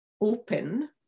open